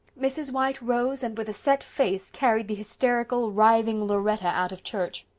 mrs. white rose and with a set face carried the hysterical, writhing lauretta out of church.